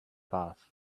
path